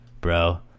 bro